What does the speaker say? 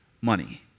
money